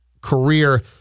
career